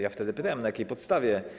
Ja wtedy pytałem, na jakiej podstawie.